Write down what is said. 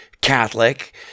catholic